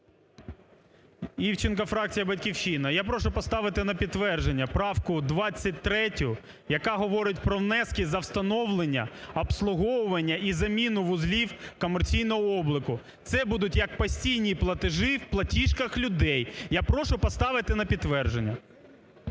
Івченко, фракція "Батьківщина". Я прошу поставити на підтвердження правку 23, яка говорить про внески за встановлення обслуговування і заміну вузлів комерційного обліку – це будуть як постійні платежі в платіжках людей. Я прошу поставити на підтвердження.